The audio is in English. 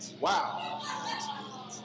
Wow